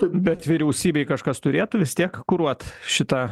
bet vyriausybėj kažkas turėtų vis tiek kuruot šitą